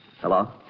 Hello